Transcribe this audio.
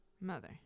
Mother